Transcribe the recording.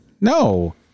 No